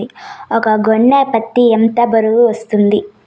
ఒక గోనె పత్తి ఎంత బరువు వస్తుంది?